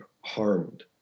harmed